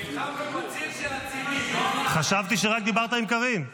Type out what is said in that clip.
נלחמנו עם --- חשבתי שרק דיברת עם קארין.